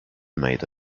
made